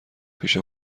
پیش